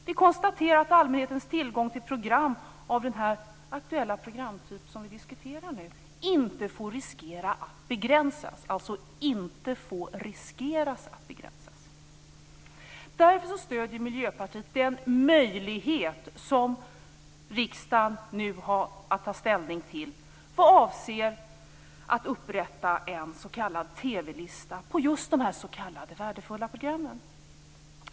Vi konstaterar att allmänhetens tillgång till den aktuella programtyp som vi nu diskuterar inte får riskera att begränsas. Därför stöder Miljöpartiet den möjlighet som riksdagen nu har att ta ställning till vad avser att upprätta en s.k. TV-lista på just dessa s.k. värdefulla program.